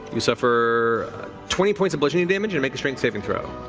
you suffer twenty points of bludgeoning damage and make a strength saving throw.